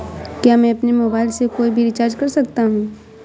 क्या मैं अपने मोबाइल से कोई भी रिचार्ज कर सकता हूँ?